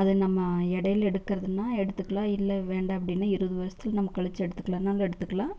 அதை நம்ம இடையில எடுத்துகிறதுனால் எடுத்துக்கலாம் இல்லை வேண்டாம் அப்படின்னா இருபது வருசத்துக்கு நம்ம கழித்து எடுத்துக்கலாம்னாலும் எடுத்துகலாம்